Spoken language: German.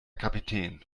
kapitän